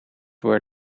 were